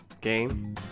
game